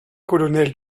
colonel